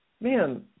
man